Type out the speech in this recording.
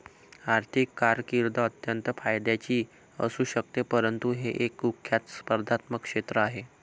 आर्थिक कारकीर्द अत्यंत फायद्याची असू शकते परंतु हे एक कुख्यात स्पर्धात्मक क्षेत्र आहे